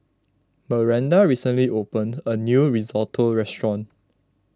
Maranda recently opened a new Risotto restaurant